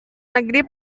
negeri